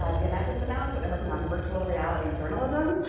ah gannett just announced that they're working on virtual reality journalism,